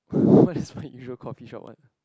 what is my usual coffee shop what